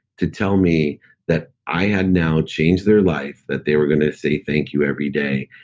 to tell me that i had now changed their life, that they were going to say thank you every day,